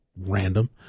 random